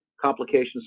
complications